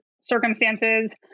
circumstances